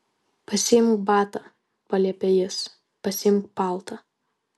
pasiimk batą paliepė jis pasiimk paltą